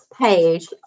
page